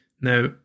Now